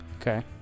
Okay